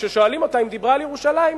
כששואלים אותה אם דיברה על ירושלים,